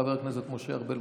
חבר הכנסת משה ארבל.